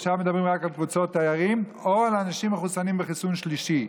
עכשיו מדברים רק על קבוצות תיירים או על אנשים שמחוסנים בחיסון שלישי.